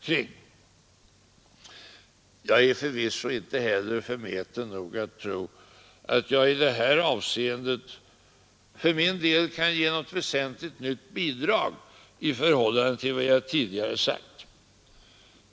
Jag är förvisso inte heller förmäten nog att tro att jag i det här avseendet kan ge något väsentligt nytt bidrag i förhållande till vad jag tidigare har sagt.